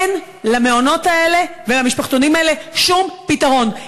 אין למעונות האלה ולמשפחתונים האלה שום פתרון,